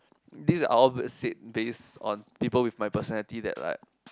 these are all said based on people with my personality that like